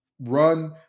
run